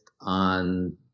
on